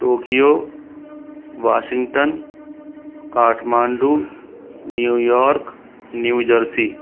Tokyo Washington Kathmandu New York New Jersey